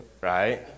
right